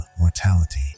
mortality